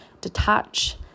detach